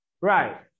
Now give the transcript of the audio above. Right